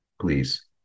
please